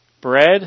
bread